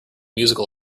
musical